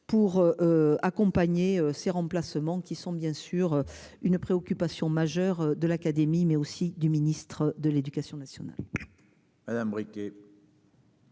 Pour accompagner ces remplacements qui sont bien sûr une préoccupation majeure de l'Académie, mais aussi du ministre de l'Éducation nationale.